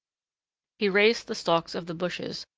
he raised the stalks of the bushes,